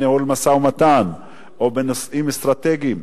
ניהול משא-ומתן או בנושאים אסטרטגיים,